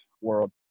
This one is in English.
world